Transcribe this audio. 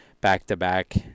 back-to-back